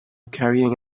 carrying